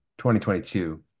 2022